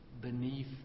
beneath